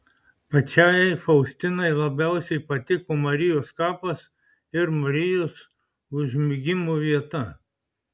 pačiai faustinai labiausiai patiko marijos kapas ir marijos užmigimo vieta